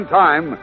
time